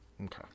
Okay